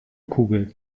kugel